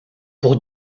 pour